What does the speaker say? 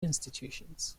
institutions